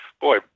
boy